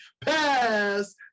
Pass